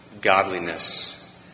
godliness